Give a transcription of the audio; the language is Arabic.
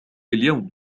اليوم